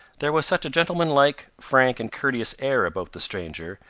there was such a gentlemanlike, frank, and courteous air about the stranger,